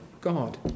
God